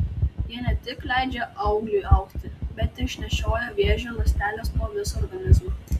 jie ne tik leidžia augliui augti bet ir išnešioja vėžio ląsteles po visą organizmą